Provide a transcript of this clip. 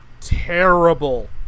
terrible